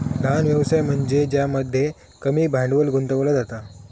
लहान व्यवसाय म्हनज्ये ज्यामध्ये कमी भांडवल गुंतवला जाता